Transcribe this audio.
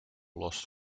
lost